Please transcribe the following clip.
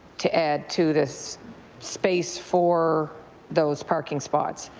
to add to this space for those parking spots,